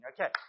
Okay